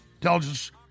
intelligence